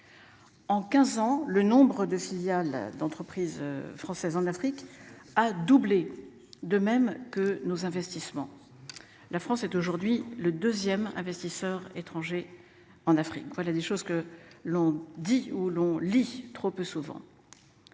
En 15 ans le nombre de filiales d'entreprises françaises en Afrique a doublé. De même que nos investissements. La France est aujourd'hui le 2ème investisseur étranger en Afrique. Voilà des choses que l'on dit, où l'on lit trop peu souvent.